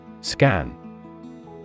Scan